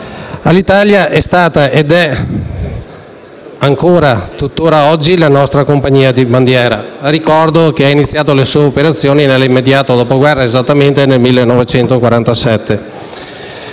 Alitalia è stata ed è ancora oggi la nostra compagnia aerea di bandiera; ricordo che ha iniziato le sue operazioni di volo nell'immediato dopoguerra, esattamente nel 1947.